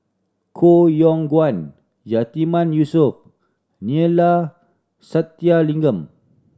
Koh Yong Guan Yatiman Yusof Neila Sathyalingam